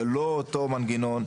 זה לא אותו מנגנון,